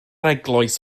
eglwys